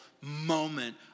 moment